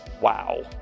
Wow